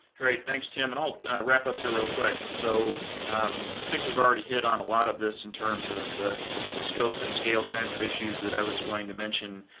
great, thanks tim. and i'll wrap up here real quick. so i think we've already hit on a lot of this in terms of the scope and scale kinds of issues that i was going to mention.